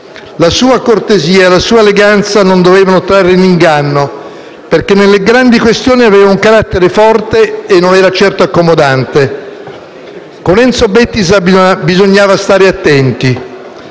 La sua cortesia e la sua eleganza non dovevano trarre in inganno, perché nelle grandi questioni aveva un carattere forte e non era certo accomodante. Con Enzo Bettiza bisognava stare attenti: